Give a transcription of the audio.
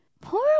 poor